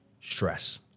stress